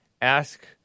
Ask